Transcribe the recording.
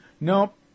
Nope